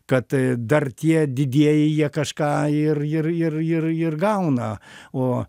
kad dar tie didieji jie kažką ir ir ir ir ir gauna o